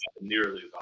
nearly